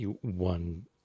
one